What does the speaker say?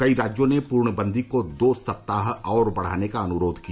कई राज्यों ने पूर्णबंदी को दो सप्ताह और बढाने का अनुरोध किया